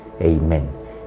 Amen